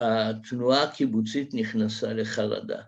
‫התנועה הקיבוצית נכנסה לחרדה.